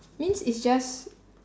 means it's just